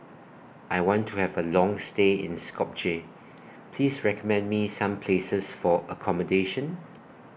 I want to Have A Long stay in Skopje Please recommend Me Some Places For accommodation